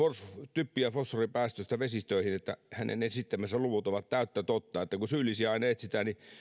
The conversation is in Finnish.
typpi ja fosforipäästöistä vesistöihin ja hänen esittämänsä luvut ovat täyttä totta että kun syyllisiä etsitään